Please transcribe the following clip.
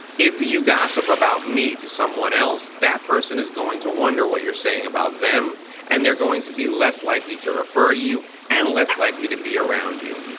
if you gossip about me to someone else, that person is going to wonder what you're saying about them and they're going to be less likely to refer you and less likely to be around you.